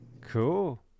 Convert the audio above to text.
Cool